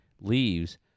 leaves